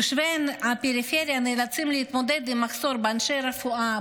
תושבי הפריפריה נאלצים להתמודד עם מחסור באנשי רפואה,